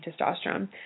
testosterone